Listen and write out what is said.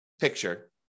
picture